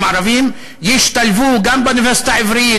ערבים ישתלבו גם באוניברסיטה העברית,